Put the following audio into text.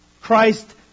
Christ